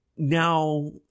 Now